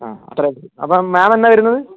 ആ അത്രേയുള്ളു അപ്പം മാം എന്നാണ് വരുന്നത്